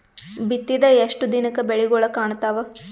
ಬಿತ್ತಿದ ಎಷ್ಟು ದಿನಕ ಬೆಳಿಗೋಳ ಕಾಣತಾವ?